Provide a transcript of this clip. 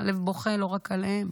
הלב בוכה לא רק עליהם,